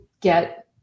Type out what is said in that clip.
get